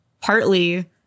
partly